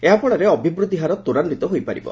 ଏହା ଫଳରେ ଅଭିବୃଦ୍ଧି ହାର ତ୍ୱରାନ୍ୱିତ ହୋଇପାରିବ